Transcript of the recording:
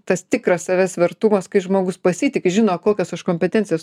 tas tikras savęs vertumas kai žmogus pasitiki žino kokias aš kompetencijas